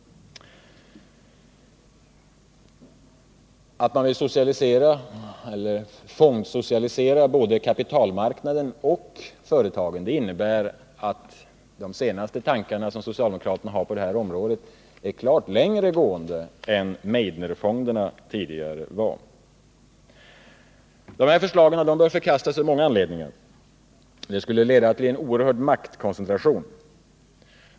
Socialdemokraternas senaste tankar på detta område om att fondsocialisera både kapitalmarknaden och företagen är klart längre gående än vad Meidnerfonderna innebär. Dessa förslag bör förkastas av många anledningar. De skulle leda till en oerhörd maktkoncentration.